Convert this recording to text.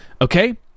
Okay